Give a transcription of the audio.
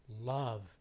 Love